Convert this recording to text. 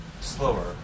slower